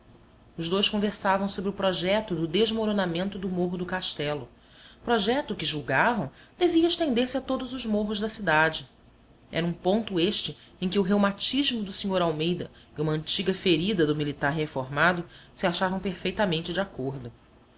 os dois conversavam sobre o projeto do desmoronamento do morro do castelo projeto que julgavam devia estender-se a todos os morros da cidade era um ponto este em que o reumatismo do sr almeida e uma antiga ferida do militar reformado se achavam perfeitamente de acordo